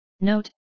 Note